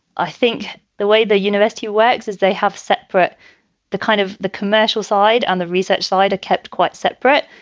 i think the way the university works is they have separate the kind of the commercial side on the research side kept quite separate.